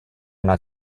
not